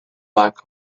black